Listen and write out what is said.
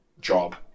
job